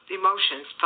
emotions